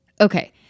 Okay